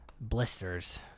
blisters